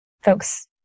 folks